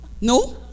No